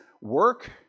work